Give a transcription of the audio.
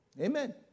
Amen